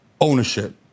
ownership